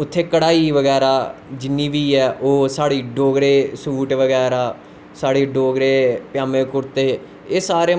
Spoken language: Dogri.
उत्थें कड़ाई बगैरा जिन्नी बी ऐ डोगरे सूट बगैरा साढ़े डोगरे पजामें कुर्ते बगैरा एह् सारे